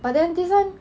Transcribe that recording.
but then this one